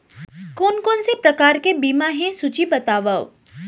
कोन कोन से प्रकार के बीमा हे सूची बतावव?